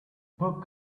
book